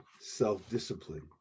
self-discipline